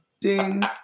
Ding